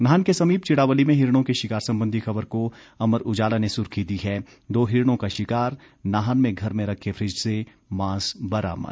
नाहन के समीप चिड़ावली में हिरणों के शिकार सम्बंधी खबर को अमर उजाला ने सुर्खी दी है दो हिरणों का शिकार नाहन में घर में रखे फ्रिज से मांस बरामद